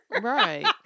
Right